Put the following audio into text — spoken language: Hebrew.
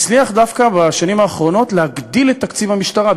הצליח דווקא בשנים האחרונות להגדיל את תקציב המשטרה.